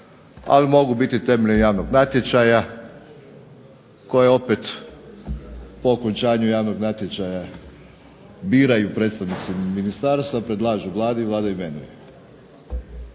ali mogu biti temeljem javnog natječaja koja opet po okončanju javnog natječaja biraju predstavnici ministarstva, predlažu Vladi i Vlada imenuje.